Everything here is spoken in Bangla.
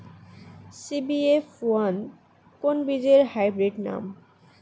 সি.বি.এফ ওয়ান কোন বীজের হাইব্রিড নাম?